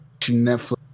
Netflix